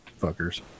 fuckers